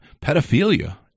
pedophilia